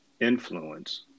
influence